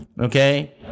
Okay